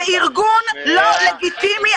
זה ארגון לא לגיטימי,